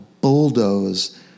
bulldoze